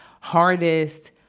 hardest